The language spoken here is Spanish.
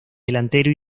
delantero